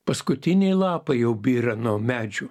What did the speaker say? paskutiniai lapai jau byra nuo medžių